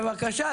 בבקשה,